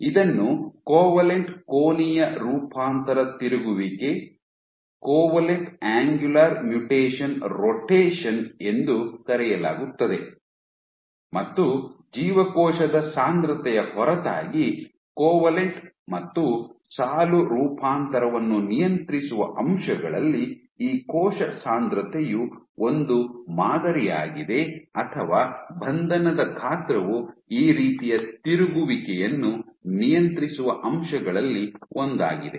ಇದನ್ನು ಕೋವಲೆಂಟ್ ಕೋನೀಯ ರೂಪಾಂತರ ತಿರುಗುವಿಕೆ ಎಂದು ಕರೆಯಲಾಗುತ್ತದೆ ಮತ್ತು ಜೀವಕೋಶದ ಸಾಂದ್ರತೆಯ ಹೊರತಾಗಿ ಕೋವಲೆಂಟ್ ಮತ್ತು ಸಾಲು ರೂಪಾಂತರವನ್ನು ನಿಯಂತ್ರಿಸುವ ಅಂಶಗಳಲ್ಲಿ ಈ ಕೋಶ ಸಾಂದ್ರತೆಯು ಒಂದು ಮಾದರಿಯಾಗಿದೆ ಅಥವಾ ಬಂಧನದ ಗಾತ್ರವು ಈ ರೀತಿಯ ತಿರುಗುವಿಕೆಯನ್ನು ನಿಯಂತ್ರಿಸುವ ಅಂಶಗಳಲ್ಲಿ ಒಂದಾಗಿದೆ